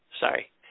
Sorry